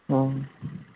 ओम